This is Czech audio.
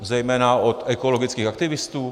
Zejména od ekologických aktivistů?